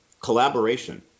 collaboration